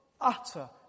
utter